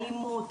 אלימות,